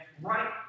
right